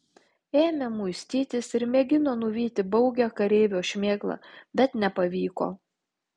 ėmė muistytis ir mėgino nuvyti baugią kareivio šmėklą bet nepavyko